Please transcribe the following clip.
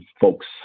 folks